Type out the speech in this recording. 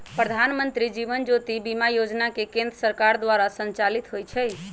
प्रधानमंत्री जीवन ज्योति बीमा जोजना केंद्र सरकार द्वारा संचालित होइ छइ